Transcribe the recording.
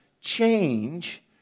change